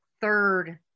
third